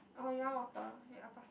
oh you want water wait I pass